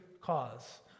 cause